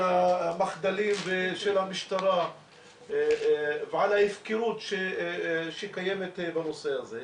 המחדלים של המשטרה ועל ההפקרות שקיימת בנושא הזה,